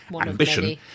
ambition